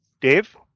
Dave